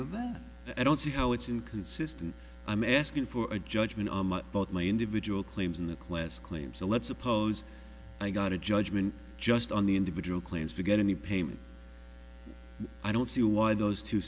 of that i don't see how it's inconsistent i'm asking for a judgement about my individual claims in the class claim so let's suppose i got a judgement just on the individual claims to get any payment i don't see why those two